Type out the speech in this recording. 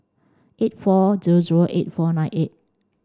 eight four zero zero eight four nine eight